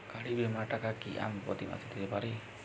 গাড়ী বীমার টাকা কি আমি প্রতি মাসে দিতে পারি?